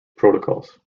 protocols